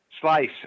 slice